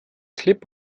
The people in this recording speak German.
klipp